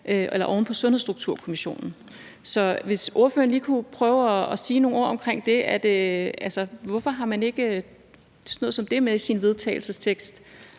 kommer oven på Sundhedsstrukturkommissionen. Så kunne ordføreren lige prøve at sige nogle ord omkring det, altså hvorfor man ikke har sådan noget som det med i sin vedtagelsestekst?